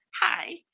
hi